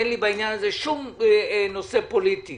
אין לי בעניין הזה שום נושא פוליטי